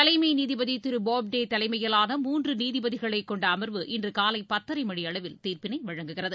தலைமை நீதிபதி திரு போப்தே தலைமையிலான மூன்று நீதிபதிகளை கொண்ட அமர்வு இன்று காலை பத்தரை மணி அளவில் தீர்ப்பினை வழங்குகிறது